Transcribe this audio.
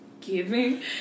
giving